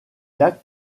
lacs